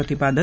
प्रतिपादन